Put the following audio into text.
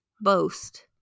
Boast